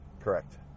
Correct